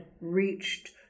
reached